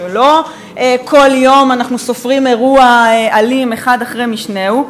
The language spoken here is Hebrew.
כשלא כל יום אנחנו סופרים אירוע אלים אחד אחרי משנהו,